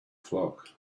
flock